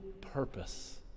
purpose